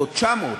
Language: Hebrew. או 900,